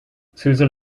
susan